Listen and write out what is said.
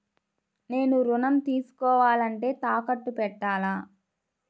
నేను ఋణం తీసుకోవాలంటే తాకట్టు పెట్టాలా?